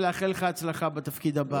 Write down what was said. ולאחל לך הצלחה בתפקיד הבא.